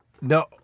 no